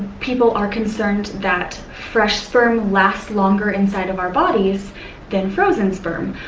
people are concerned that fresh sperm lasts longer inside of our bodies than frozen sperm,